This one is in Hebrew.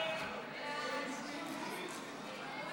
המחנה הציוני להביע